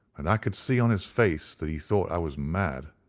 and i could see on his face that he thought i was mad.